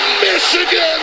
Michigan